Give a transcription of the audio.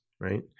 right